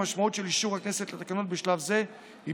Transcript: המשמעות של אישור הכנסת לתקנות בשלב זה היא